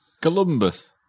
Columbus